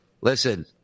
Listen